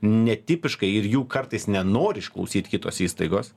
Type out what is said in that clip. netipiškai ir jų kartais nenori išklausyt kitos įstaigos